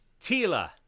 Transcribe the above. Tila